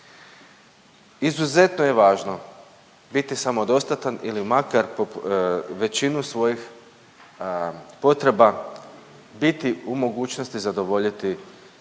Izuzetno je važno biti samodostatan ili makar većinu svojih potreba biti u mogućnosti zadovoljiti svojom